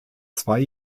zwei